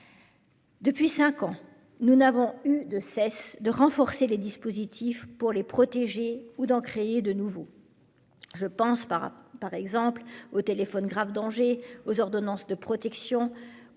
Depuis cinq ans, nous n'avons eu de cesse de renforcer les dispositifs de protection ou d'en créer de nouveaux. Je pense aux téléphones grave danger, aux ordonnances de protection, aux